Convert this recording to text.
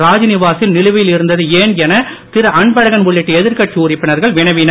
ராத்நிவாசில் நிலுவையில் இருந்தது ஏன் என திருஅன்பழகன் உள்ளிட்ட எதிர்கட்சி உறுப்பினர்கள் வினவினர்